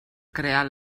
crear